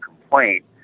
complaint